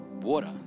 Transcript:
water